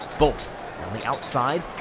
blt on the outside,